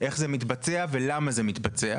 איך זה מתבצע ולמה זה מתבצע?